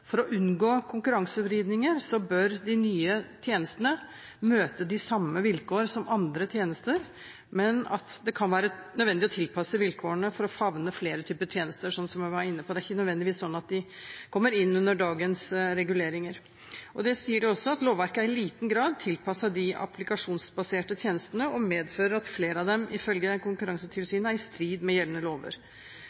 for «å unngå konkurransevridninger, bør de nye tjenestene møte samme vilkår som andre tjenester, men det kan være nødvendig å tilpasse vilkårene for å favne flere typer tjenester», som jeg var inne på. Det er ikke nødvendigvis sånn at de kommer innunder dagens reguleringer. De sier også: «Lovverket er i liten grad tilpasset de applikasjonsbaserte tjenestene, og medfører at flere av dem» – ifølge